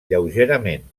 lleugerament